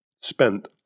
spent